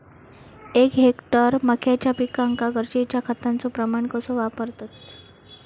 एक हेक्टर मक्याच्या पिकांका गरजेच्या खतांचो प्रमाण कसो वापरतत?